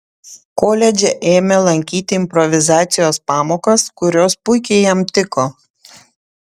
koledže ėmė lankyti improvizacijos pamokas kurios puikiai jam tiko